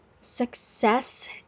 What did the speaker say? Success